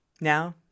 now